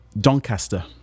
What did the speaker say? Doncaster